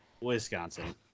Wisconsin